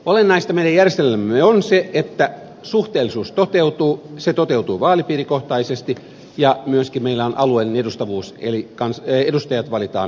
olennaista meidän järjestelyllemme on se että suhteellisuus toteutuu se toteutuu vaalipiirikohtaisesti ja myöskin meillä on alueellinen edustavuus eli edustajat valitaan alueelta